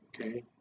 Okay